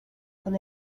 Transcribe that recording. con